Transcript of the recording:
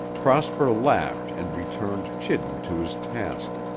prosper laughed and returned chidden to his task,